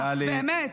באמת.